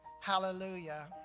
Hallelujah